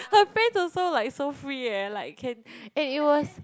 her friends also like so free eh like can and it was